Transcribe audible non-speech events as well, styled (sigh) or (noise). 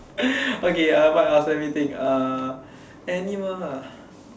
(breath) okay uh what else let me think uh animal ah